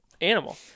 animal